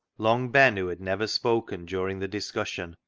long ben, who had never spoken during the discussion,